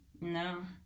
No